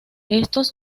estos